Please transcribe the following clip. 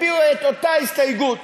הביעו את אותה הסתייגות,